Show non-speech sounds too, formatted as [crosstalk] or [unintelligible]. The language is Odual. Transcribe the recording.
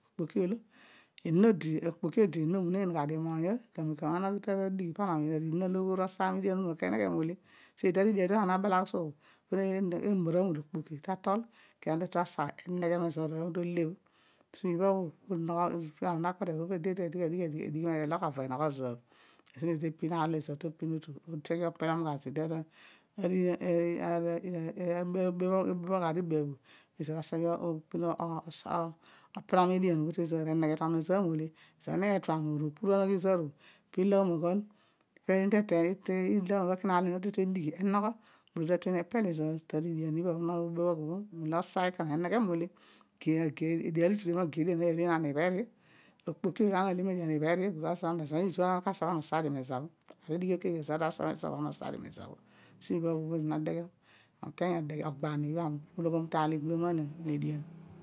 Okpoki olo ena odi okpoki odi ena omuneen gha moony ooy kamem kamem olo ana ughi ta adigh pa na omiin aar olo ogho oru osaam ole so, teede aridian bho ami nabalagh suo bho [unintelligible] siibha bho unoghoni paar obho ami na akol eedi edigh va bobo kar eru enogh ezoor edigh elogh maar enogho ezoor te pin otu opelam ze zoor [unintelligible] epelom edian obho to nu ezoor mole keena netua moru opuran ezoor bho pin iloghom aghol iloghom eghol kin aar olo eena tetue edigh enogho molo ta tue ni apel ezoor tari edian bho ezoor no bebhiiy obho edian olo itu dio mage edian ibham gha dio mobaraka ibher io ar bho adighi bho keghe okpo izuan bo mologh teedian bho ulogh io aar bho adighi keghe ana usa mezo ama osa dio mezo bho ibha bho pa aar olo aami ta tueni agba to kpo olo igbolo nam edian